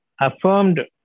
affirmed